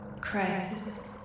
crisis